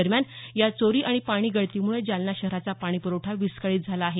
दरम्यान या चोरी आणि पाणीगळतीमुळे जालना शहराचा पाणीपुरवठा विस्कळीत झाला आहे